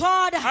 God